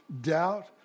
doubt